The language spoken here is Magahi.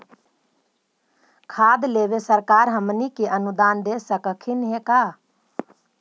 खाद लेबे सरकार हमनी के अनुदान दे सकखिन हे का?